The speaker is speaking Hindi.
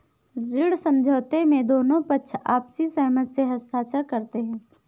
ऋण समझौते में दोनों पक्ष आपसी सहमति से हस्ताक्षर करते हैं